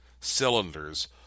cylinders